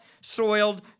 soiled